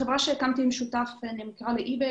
החברה שהקמתי עם שותף נמכרה ל-איבה.